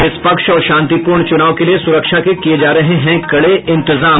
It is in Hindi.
निष्पक्ष और शांतिपूर्ण चुनाव के लिये सुरक्षा के किये जा रहे हैं कड़े इंतजाम